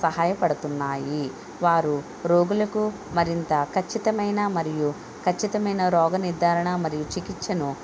సహాయపడుతున్నాయి వారు రోగులకు మరింత ఖచ్చితమైన మరియు ఖచ్చితమైన రోగ నిర్ధారణ మరియు చికిత్సను